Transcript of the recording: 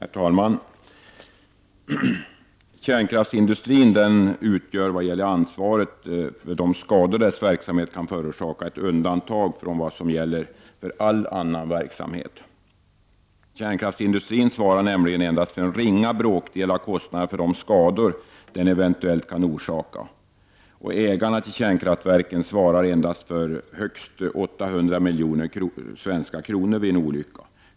Prot. 1989/90:118 Herr talman! Kärnkraftsindustrin utgör i fråga om ansvaret för de skador 9 maj 1990 som dess verksamhet kan förorsaka ett undantag från vad som gäller för all Skadeståndsansvaret annan verksamhet. Kärnkraftsindustrin svarar nämligen endast för en ringa jd : bråkdel av kostnaderna för de skador den eventuellt kan orsaka. Ägarna till i SLE och oljeskador kärnkraftsverken svarar endast för högst 800 milj.kr. vid en olycka.